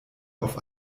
auf